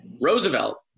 Roosevelt